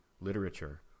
literature